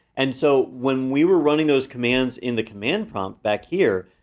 and so when we were running those commands in the command prompt back here,